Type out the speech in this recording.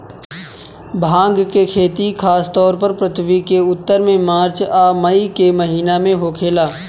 भांग के खेती खासतौर पर पृथ्वी के उत्तर में मार्च आ मई के महीना में होखेला